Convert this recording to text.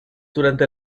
durante